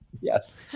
Yes